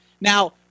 Now